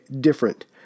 different